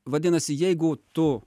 vadinasi jeigu tu